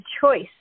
choice